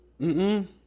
mm-mm